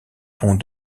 pont